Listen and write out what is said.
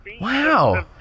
Wow